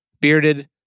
bearded